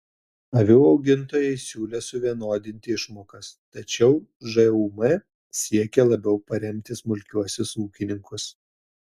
avių augintojai siūlė suvienodinti išmokas tačiau žūm siekė labiau paremti smulkiuosius ūkininkus